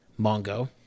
Mongo